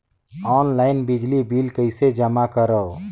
Online बिजली bill कइसे जमा करव?